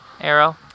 arrow